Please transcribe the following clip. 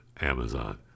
Amazon